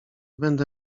będę